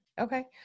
okay